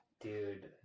Dude